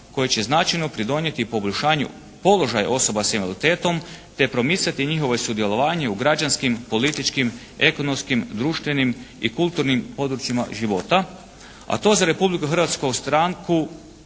koji će značajno pridonijeti poboljšanju položaja osoba s invaliditetom te promicati njihovo sudjelovanje u građanskim, političkim, ekonomskim, društvenim i kulturnim područjima života. A to za Republiku Hrvatsku stranku